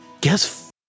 Guess